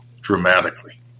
dramatically